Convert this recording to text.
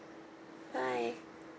bye